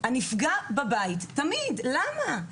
תמיד הנפגע בבית, ואני שואלת: למה?